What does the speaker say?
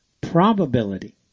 probability